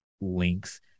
links